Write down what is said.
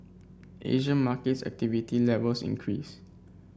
Asian markets activity levels increased